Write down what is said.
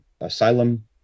asylum